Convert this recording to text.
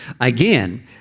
Again